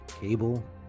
cable